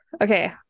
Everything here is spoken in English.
Okay